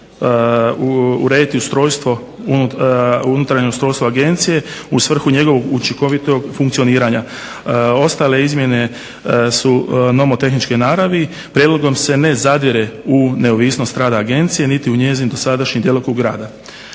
unutarnje ustrojstvo Agencije u svrhu njegovog učinkovitog funkcioniranja. Ostale izmjene su nomotehničke naravi. Prijedlogom se ne zadire u neovisnost rada Agencije niti u njezin dosadašnji djelokrug rada.